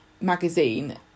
magazine